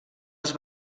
els